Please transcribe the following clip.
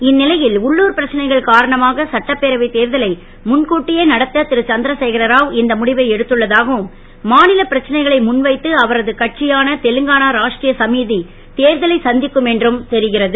இந் லை ல் உள்ளூர் பிரச்சனைகள் காரணமாக சட்டப்பேரவை தேர்தலை முன்கூட்டியே நடத்த ரு சந் ரசேகரரா இந்த முடிவை எடுத்துள்ளதாகவும் மா ல பிரச்சனைகளை முன் வைத்து அவரது கட்சி தெலுங்கானா ரா டிரிய சமீ தேர்தலை சந் க்கும் என்றும் தெரிகிறது